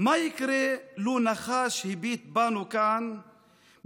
מה יקרה לוּ נחש / הביט בנו כאן,